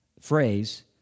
phrase